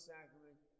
Sacrament